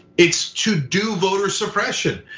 it's to do voter suppression,